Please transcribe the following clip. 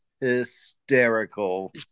hysterical